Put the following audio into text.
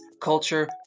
culture